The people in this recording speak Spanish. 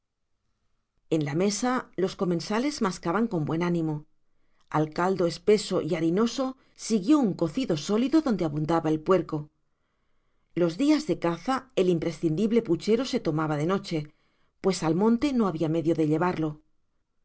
en la mesa los comensales mascaban con buen ánimo al caldo espeso y harinoso siguió un cocido sólido donde abundaba el puerco los días de caza el imprescindible puchero se tomaba de noche pues al monte no había medio de llevarlo